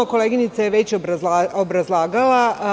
Koleginica je to već obrazlagala.